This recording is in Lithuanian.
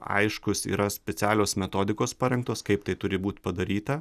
aiškūs yra specialios metodikos parengtos kaip tai turi būt padaryta